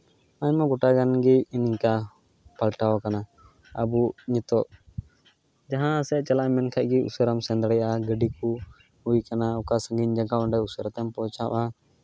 ᱟᱭᱢᱟ ᱜᱚᱴᱟ ᱜᱟᱱᱜᱮ ᱤᱱᱠᱟ ᱯᱟᱞᱴᱟᱣ ᱠᱟᱱᱟ ᱟᱵᱚ ᱱᱤᱛᱳᱜ ᱡᱟᱦᱟᱸ ᱥᱮᱫ ᱜᱮ ᱪᱟᱞᱟᱜ ᱮᱢ ᱢᱮᱱᱠᱷᱟᱱ ᱜᱮ ᱩᱥᱟᱹᱨᱟᱢ ᱥᱮᱱ ᱫᱟᱲᱮᱭᱟᱜᱼᱟ ᱜᱟᱹᱰᱤ ᱠᱚ ᱦᱩᱭ ᱠᱟᱱᱟ ᱚᱠᱟ ᱥᱟᱹᱜᱤᱧ ᱡᱟᱭᱜᱟ ᱚᱸᱰᱮ ᱩᱥᱟᱹᱨᱟ ᱛᱮᱢ ᱯᱳᱪᱷᱟᱣᱼᱟ